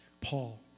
Paul